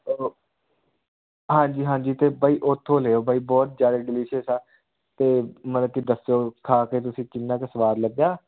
ਹਾਂਜੀ ਹਾਂਜੀ ਅਤੇ ਬਾਈ ਉੱਥੋਂ ਲਿਓ ਬਾਈ ਬਹੁਤ ਜ਼ਿਆਦਾ ਡਿਲੀਸ਼ੀਅਸ ਆ ਅਤੇ ਮਤਲਬ ਕਿ ਦੱਸਿਓ ਖਾ ਕੇ ਤੁਸੀਂ ਜਿੰਨਾ ਕੁ ਸਵਾਦ ਲੱਗਿਆ